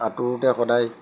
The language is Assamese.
সাঁতোৰোতে সদায়